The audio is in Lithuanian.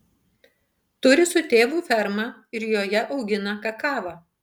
turi su tėvu fermą ir joje augina kakavą